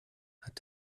hat